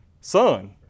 sun